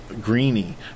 Greeny